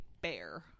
bear